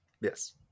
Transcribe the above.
Yes